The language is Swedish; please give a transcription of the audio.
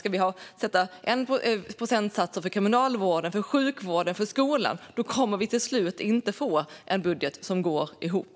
Om vi ska sätta procentsatser för kriminalvården, för sjukvården och för skolan kommer vi till slut inte att få en budget som går ihop.